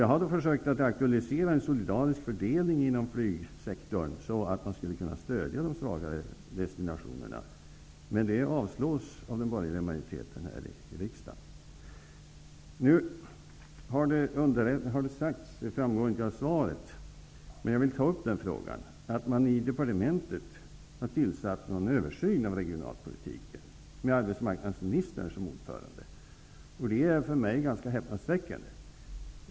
Jag har försökt att aktualisera en solidarisk fördelning inom flygsektorn, så att man skulle kunna stödja de svagare destinationerna. Det avslås av den borgerliga majoriteten här i riksdagen. Det har sagts att man i departementet har inlett en översyn av regionalpolitiken. Gruppen har arbetsmarknadsministern som ordförande. Det framgår inte av interpellationssvaret, men jag vill ta upp den frågan. Det är för mig ganska häpnadsväckande.